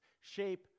shape